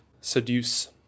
Seduce